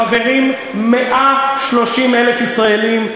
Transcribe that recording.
חברים 130,000 ישראלים,